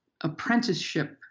apprenticeship